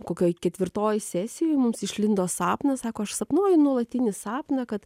kokioj ketvirtoj sesijoj mums išlindo sapnas sako aš sapnuoju nuolatinį sapną kad